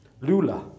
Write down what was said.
Lula